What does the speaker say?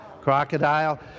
crocodile